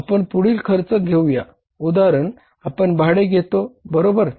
आपण पुढील खर्च घेऊया उदाहरण आपण भाडे घेतो बरोबर